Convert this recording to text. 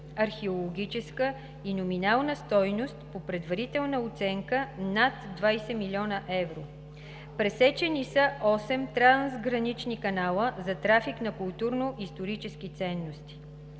археологическа и номинална стойност, по предварителна оценка над 20 млн. евро. Пресечени са осем трансгранични канала за трафик на културно-исторически ценности.